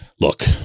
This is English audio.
look